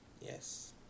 Yes